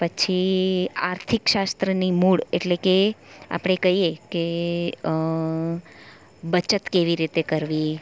પછી આર્થિક શાસ્ત્રની મૂળ એટલે કે આપણે કહીએ કે એ બચત કેવી રીતે કરવી